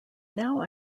now